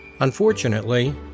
Unfortunately